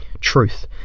truth